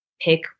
pick